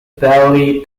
barely